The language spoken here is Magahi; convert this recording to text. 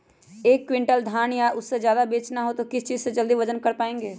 एक क्विंटल धान या उससे ज्यादा बेचना हो तो किस चीज से जल्दी वजन कर पायेंगे?